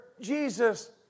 Jesus